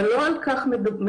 אבל לא על כך מדובר,